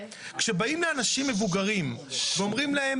כשבאים לאנשים מבוגרים ואומרים להם